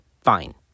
Fine